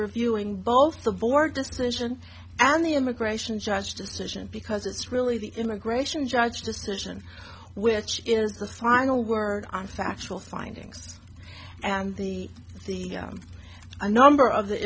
reviewing both the board decision and the immigration judge decision because it's really the immigration judge decision which is the final word on factual findings and the the a number of the